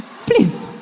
please